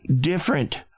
different